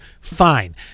fine